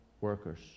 workers